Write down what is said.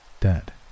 dead